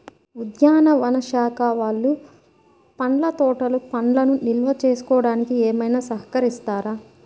ఉద్యానవన శాఖ వాళ్ళు పండ్ల తోటలు పండ్లను నిల్వ చేసుకోవడానికి ఏమైనా సహకరిస్తారా?